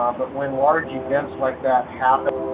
um but when large events like that happen,